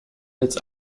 als